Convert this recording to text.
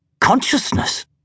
Consciousness